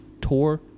tour